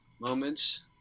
moments